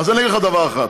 אני אגיד לך דבר אחד.